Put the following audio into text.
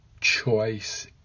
choice